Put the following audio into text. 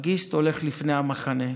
מאגיסט הולך לפני המחנה.